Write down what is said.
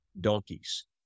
donkeys